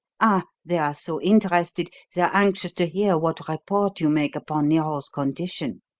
ah, they are so interested, they are anxious to hear what report you make upon nero's condition.